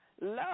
love